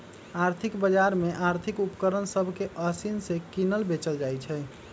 आर्थिक बजार में आर्थिक उपकरण सभ के असानि से किनल बेचल जाइ छइ